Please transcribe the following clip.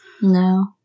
No